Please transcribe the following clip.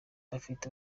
bafite